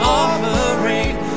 offering